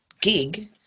gig